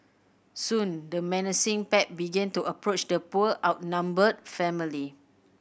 soon the menacing pack began to approach the poor outnumbered family